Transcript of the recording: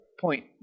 point